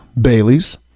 Bailey's